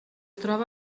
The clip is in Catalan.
troba